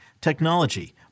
technology